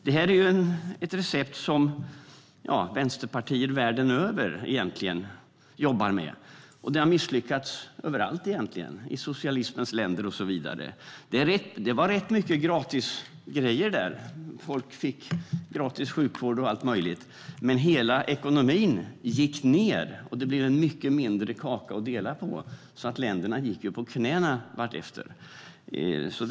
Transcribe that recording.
Det här är ett recept som vänsterpartier världen över jobbar med, och det har egentligen misslyckats överallt i socialismens länder. Det var rätt mycket gratisgrejer där. Folk fick gratis sjukvård och allt möjligt. Men hela ekonomin gick ned, och det blev en mycket mindre kaka att dela på, så att länderna så småningom gick på knäna.